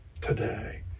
today